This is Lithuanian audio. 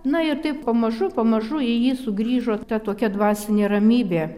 na ir taip pamažu pamažu į jį sugrįžo ta tokia dvasinė ramybė